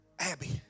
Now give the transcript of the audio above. Abby